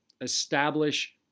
establish